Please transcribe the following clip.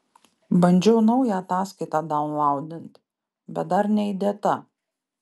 bandžiau naują ataskaitą daunlaudint bet dar neįdėta